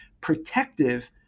protective